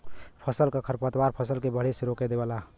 फसल क खरपतवार फसल के बढ़े से रोक देवेला